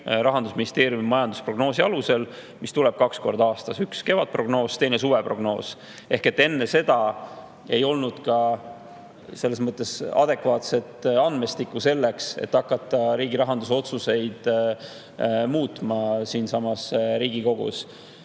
Rahandusministeeriumi majandusprognoosi alusel, mis tuleb kaks korda aastas: üks on kevadprognoos, teine suveprognoos. Enne seda ei olnud meil adekvaatset andmestikku selleks, et hakata riigirahanduse otsuseid siin Riigikogus